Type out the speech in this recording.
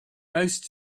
moist